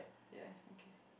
ya okay